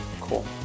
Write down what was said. cool